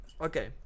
Okay